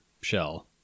shell